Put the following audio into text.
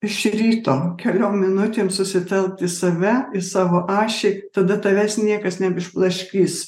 iš ryto keliom minutėm susitelkt į save į savo ašį tada tavęs niekas neišblaškys